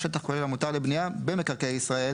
שטח כולל המותר לבנייה במקרקעי ישראל